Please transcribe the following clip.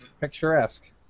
picturesque